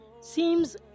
seems